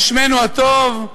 על שמנו הטוב.